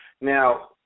Now